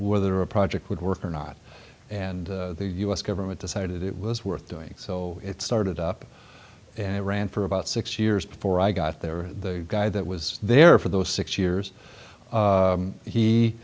whether a project would work or not and the u s government decided it was worth doing so it started up and it ran for about six years before i got there the guy that was there for those six years